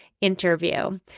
interview